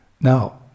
Now